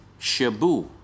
Shabu